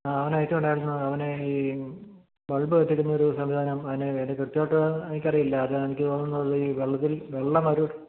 അവൻ ഐറ്റം ഉണ്ടായിരുന്നു അവന് ഈ ബൾബ് കത്തിക്കുന്ന ഒരു സംവിധാനം അതിനുവേണ്ടി എനിക്ക് കൃത്യമായിട്ട് എനിക്ക് അറിയില്ല അത് എനിക്ക് തോന്നുന്നു അത് ഈ വെള്ളത്തിൽ വെള്ളം ഒരു